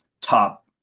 top